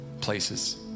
places